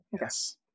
Yes